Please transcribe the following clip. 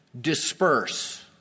disperse